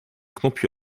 knopje